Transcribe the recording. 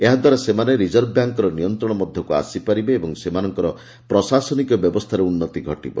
ଏହାଦ୍ୱାରା ସେମାନେ ରିଜର୍ଭ ବ୍ୟାଙ୍କ୍ର ନିୟନ୍ତ୍ରଣ ମଧ୍ୟକୁ ଆସିପାରିବେ ଓ ସେମାନଙ୍କର ପ୍ରଶାସନିକ ବ୍ୟବସ୍ଥାରେ ଉନ୍ନତି ଘଟିବ